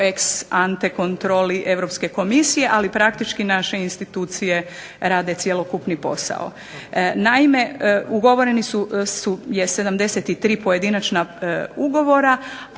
ex ante kontroli Europske komisije ali praktički naše institucije rade cjelokupni posao. Naime, ugovoreni je 73 pojedinačna ugovora